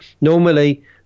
Normally